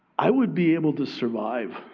i would be able to survive,